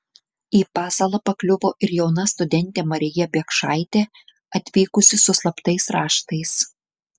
į pasalą pakliuvo ir jauna studentė marija biekšaitė atvykusi su slaptais raštais